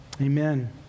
Amen